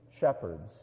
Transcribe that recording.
shepherds